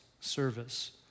service